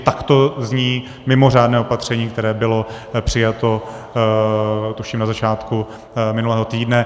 Takto zní mimořádné opatření, které bylo přijato, tuším, na začátku minulého týdne.